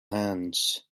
hands